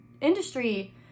industry